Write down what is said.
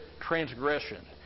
transgression